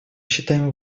считаем